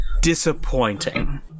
disappointing